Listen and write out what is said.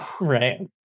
Right